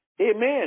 Amen